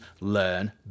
learn